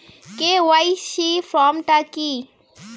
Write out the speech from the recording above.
KYC form টা কি?